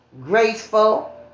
graceful